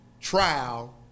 trial